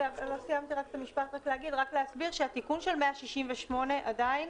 רק להסביר שהתיקון של 168, עדיין